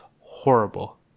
horrible